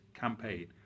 campaign